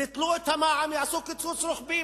ביטלו את המע"מ ויעשו קיצוץ רוחבי.